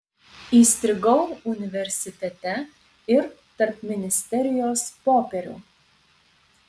įstrigau universitete ir tarp ministerijos popierių